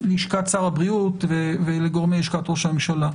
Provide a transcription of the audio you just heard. ללשכת שר הבריאות ולגורמי לשכת ראש הממשלה,